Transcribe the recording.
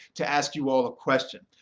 to ask you all a question.